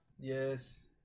Yes